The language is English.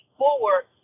forward